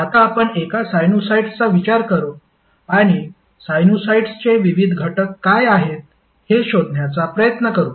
आता आपण एका साइनुसॉईडचा विचार करू आणि साइनुसॉईड्सचे विविध घटक काय आहेत हे शोधण्याचा प्रयत्न करू